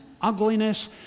ugliness